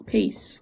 Peace